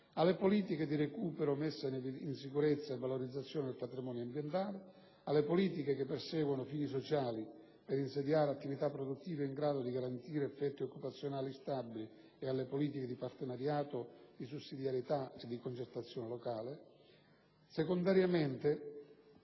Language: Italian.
alle politiche di recupero, messa in sicurezza e valorizzazione del patrimonio ambientale; alle politiche che perseguono fini sociali, per insediare attività produttive in grado di garantire effetti occupazionali stabili e alle politiche di partenariato di sussidiarietà e di concertazione locale; capacità